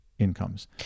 incomes